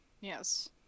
Yes